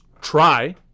try